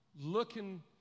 looking